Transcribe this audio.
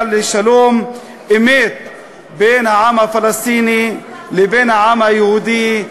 לשלום-אמת בין העם הפלסטיני לבין העם היהודי,